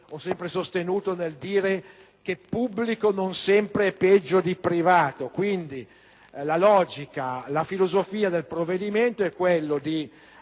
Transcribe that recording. ho sempre sostenuto che pubblico non sempre è peggio di privato; quindi, la filosofia del provvedimento è quella di